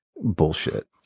bullshit